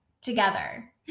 together